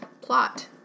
plot